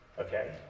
Okay